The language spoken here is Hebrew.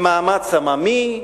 למאמץ עממי?